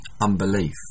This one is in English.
unbelief